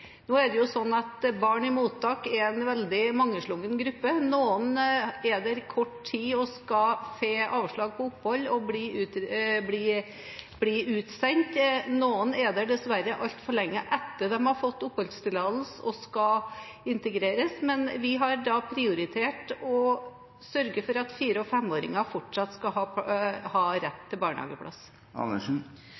Nå er det jo sånn at barn i mottak er en veldig mangslungen gruppe. Noen er der i kort tid og skal få avslag på opphold og bli utsendt. Noen er der dessverre altfor lenge etter at de har fått oppholdstillatelse og skal integreres. Vi har da prioritert å sørge for at fire- og femåringer fortsatt skal ha rett